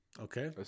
Okay